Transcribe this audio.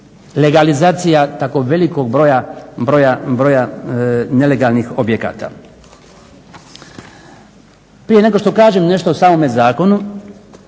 legalizacija tako velikog broja nelegalnih objekata. Prije nego što kažem nešto o samome zakonu,